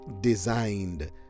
designed